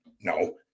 No